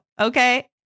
Okay